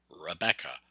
Rebecca